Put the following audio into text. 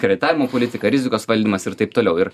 kreditavimo politika rizikos valdymas ir taip toliau ir